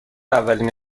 اولین